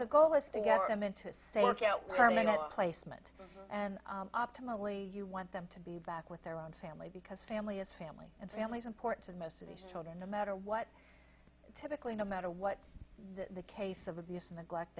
the goal is to get them into a placement and optimally you want them to be back with their own family because family is family and families important to most of these children no matter what typically no matter what the case of abuse neglect